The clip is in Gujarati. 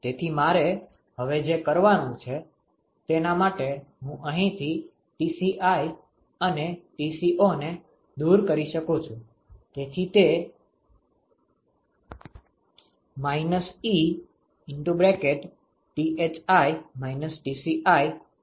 તેથી મારે હવે જે કરવાનું છે તેના માટે હું અહીંથી Tci અને Tcoને દૂર કરી શકું છું